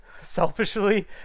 selfishly